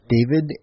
David